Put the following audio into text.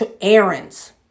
errands